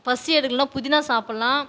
பசி எடுக்கலைன்னா புதினா சாப்பிட்லாம்